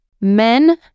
men